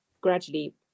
gradually